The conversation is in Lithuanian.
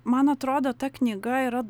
man atrodo ta knyga yra